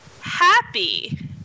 happy